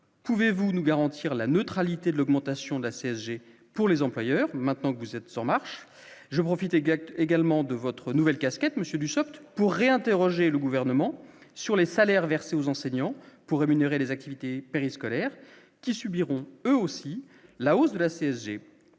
Pouvez-vous nous garantir la neutralité de l'augmentation de la CSG pour les employeurs, maintenant que vous êtes sûr marche je profite également de votre nouvelle casquette monsieur Duceppe pour interroger le gouvernement sur les salaires versés aux enseignants pour rémunérer les activités périscolaires qui subiront, eux aussi, la hausse de la CSG,